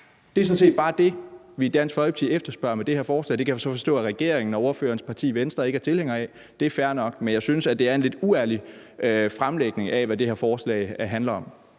Det er sådan set bare det, vi i Dansk Folkeparti efterspørger med det her forslag. Det kan jeg så forstå at regeringen og ordførerens parti, Venstre, ikke er tilhængere af. Det er fair nok, men jeg synes, at det er en lidt uærlig fremlægning af, hvad det her forslag handler om.